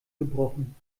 gebrochen